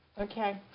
Okay